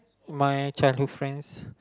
my childhood friends